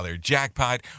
jackpot